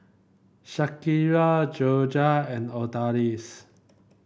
Shakira Jorja and Odalis